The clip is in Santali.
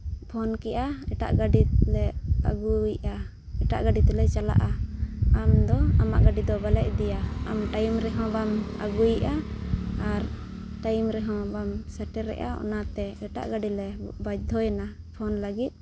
ᱯᱷᱳᱱ ᱠᱮᱫᱟ ᱮᱴᱟᱜ ᱜᱟᱹᱰᱤᱞᱮ ᱟᱹᱜᱩᱭᱮᱫᱟ ᱮᱴᱟᱜ ᱜᱟᱹᱰᱤ ᱛᱮᱞᱮ ᱪᱟᱞᱟᱜᱼᱟ ᱟᱢᱫᱚ ᱟᱢᱟᱜ ᱜᱟᱹᱰᱤ ᱫᱚ ᱵᱟᱞᱮ ᱤᱫᱤᱭᱟ ᱟᱢ ᱴᱟᱭᱤᱢ ᱨᱮᱦᱚᱸ ᱵᱟᱢ ᱟᱹᱜᱩᱭᱮᱫᱟ ᱟᱨ ᱴᱟᱭᱤᱢ ᱨᱮᱦᱚᱸ ᱵᱟᱢ ᱥᱮᱴᱮᱨᱮᱫᱟ ᱚᱱᱟᱛᱮ ᱮᱴᱟᱜ ᱜᱟᱹᱰᱤᱞᱮ ᱵᱟᱫᱽᱫᱷᱚᱭᱮᱱᱟ ᱯᱷᱳᱱ ᱞᱟᱹᱜᱤᱫ